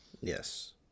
Yes